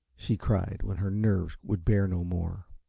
she cried, when her nerves would bear no more.